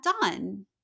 done